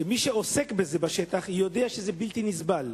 שמי שעוסק בזה בשטח יודע שזה בלתי נסבל.